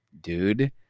Dude